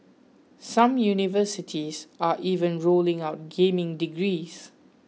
some universities are even rolling out gaming degrees